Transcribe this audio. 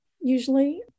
usually